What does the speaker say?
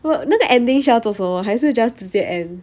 well 那个 ending 需要做什么还是 just 直接 end